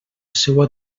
seua